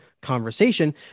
conversation